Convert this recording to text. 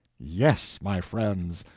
yes, my friends,